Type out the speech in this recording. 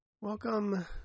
Welcome